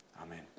amen